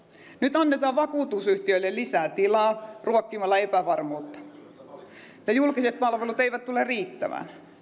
nyt annetaan vakuutusyhtiöille lisää tilaa ruokkimalla epävarmuutta siitä että julkiset palvelut eivät tule riittämään